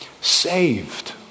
saved